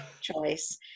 choice